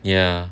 ya